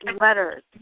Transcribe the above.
letters